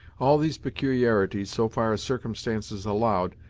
all these peculiarities, so far as circumstances allowed,